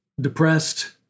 depressed